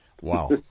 wow